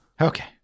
Okay